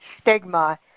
Stigma